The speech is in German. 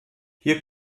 hier